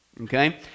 okay